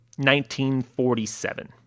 1947